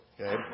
okay